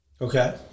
Okay